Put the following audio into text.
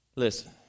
Listen